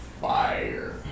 fire